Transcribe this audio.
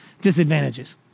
disadvantages